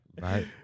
Right